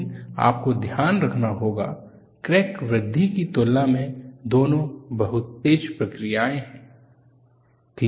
लेकिन आपको ध्यान रखना होगा क्रैक वृद्धि की तुलना में दोनों बहुत तेज प्रक्रियाएं हैं